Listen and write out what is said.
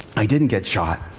i didn't get shot.